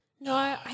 No